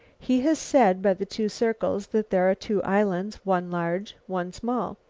he has said, by the two circles, that there are two islands, one large, one small.